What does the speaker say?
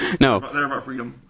no